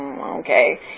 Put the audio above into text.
Okay